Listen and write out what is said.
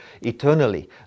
eternally